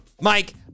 Mike